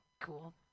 Cool